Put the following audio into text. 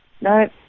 No